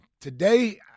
today